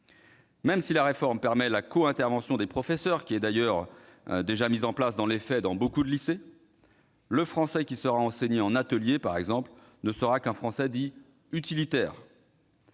Même si la réforme permet la co-intervention des professeurs, qui est d'ailleurs déjà mise en place dans les faits dans beaucoup de lycées, le français qui sera enseigné en atelier, par exemple, ne sera qu'un français dit « utilitaire ».